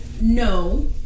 No